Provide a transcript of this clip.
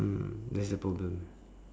mm that's the problem